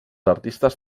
artistes